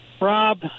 rob